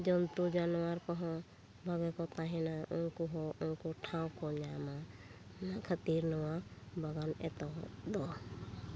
ᱡᱚᱱᱛᱩ ᱡᱟᱱᱣᱟᱨ ᱠᱚᱦᱚᱸ ᱵᱷᱟᱜᱮ ᱠᱚ ᱛᱟᱦᱮᱸᱱᱟ ᱩᱱᱠᱩ ᱦᱚᱸ ᱩᱱᱠᱩ ᱴᱷᱟᱶ ᱠᱚ ᱧᱟᱢᱟ ᱚᱱᱟ ᱠᱷᱟᱹᱛᱤᱨ ᱱᱚᱶᱟ ᱵᱟᱜᱟᱱ ᱮᱛᱚᱦᱚᱵ ᱫᱚ